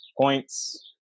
Points